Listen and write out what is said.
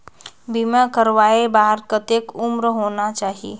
बीमा करवाय बार कतेक उम्र होना चाही?